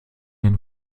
den